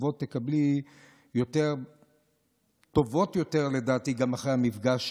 תקבלי תשובות טובות יותר לדעתי אחרי המפגש.